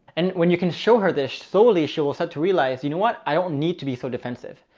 and when you can show her this solely, she will start to realize, you know what? i don't need to be so defensive.